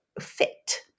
fit